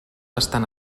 estan